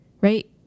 right